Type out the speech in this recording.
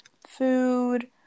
food